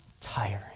tiring